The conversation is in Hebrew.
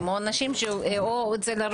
אז אין סיבה להגדיל את